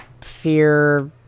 fear